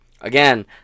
Again